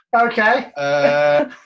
Okay